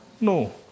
No